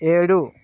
ఏడు